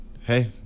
Hey